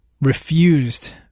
refused